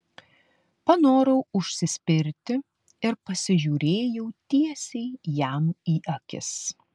panorau užsispirti ir pasižiūrėjau tiesiai jam į akis